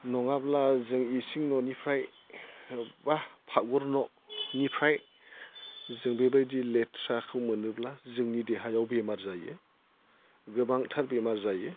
नङाब्ला जों इसिं न'निफ्राय बा पाखघर न'निफ्राय जों बेबायदि लेथ्राखौ मोनोब्ला जोंनि देहायाव बेमार जायो गोबांथा बेमार जायो